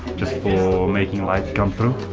just for making light come through